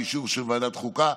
באישור של ועדת חוקה,